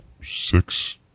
six